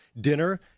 Dinner